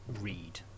read